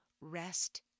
rest